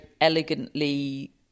elegantly